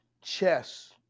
chess